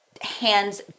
hands